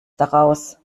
daraus